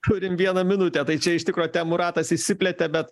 turim vieną minutę tai čia iš tikro temų ratas išsiplėtė bet